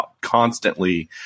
constantly